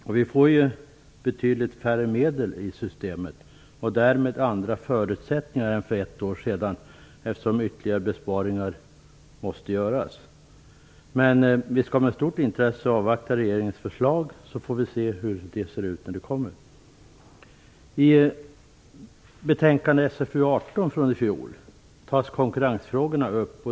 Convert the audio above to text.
Det blir då betydligt färre medel i systemet och därmed andra förutsättningar än för ett år sedan, eftersom ytterligare besparingar måste göras. Vi skall med stort intresse avvakta regeringens förslag, så får vi se hur det ser ut när det kommer. I betänkande SfU18 från i fjol tas konkurrensfrågorna upp.